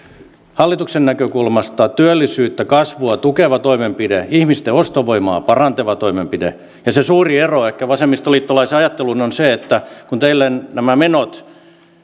hallituksen näkökulmasta työllisyyttä kasvua tukeva toimenpide ihmisten ostovoimaa parantava toimenpide ja se suuri ero ehkä vasemmistoliittolaiseen ajatteluun on se että kun teillä menot